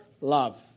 love